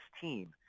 team